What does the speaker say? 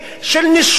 של נישול,